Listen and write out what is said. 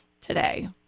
today